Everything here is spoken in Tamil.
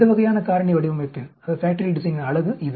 இந்த வகையான காரணி வடிவமைப்பின் அழகு அது